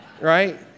right